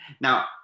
Now